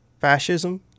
fascism